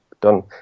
done